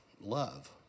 love